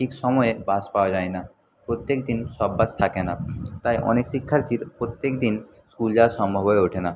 ঠিক সময়ে বাস পাওয়া যায় না প্রত্যেক দিন সব বাস থাকে না তাই অনেক শিক্ষার্থীর প্রত্যেক দিন স্কুল যাওয়া সম্ভব হয়ে ওঠে না